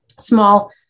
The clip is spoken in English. small